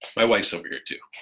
my wife's over here, too.